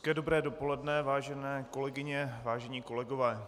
Hezké, dobré dopoledne, vážené kolegyně, vážení kolegové.